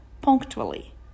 punctually